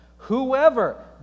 Whoever